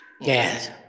Yes